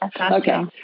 Okay